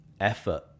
effort